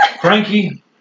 Frankie